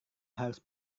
harus